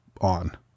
on